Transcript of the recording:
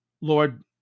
Lord